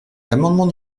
l’amendement